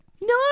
no